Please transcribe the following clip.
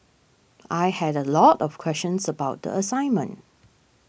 I had a lot of questions about the assignment